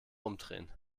umdrehen